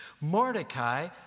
Mordecai